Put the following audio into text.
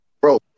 Bro